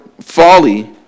folly